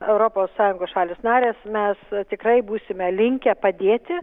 europos sąjungos šalys narės mes tikrai būsime linkę padėti